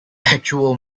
actual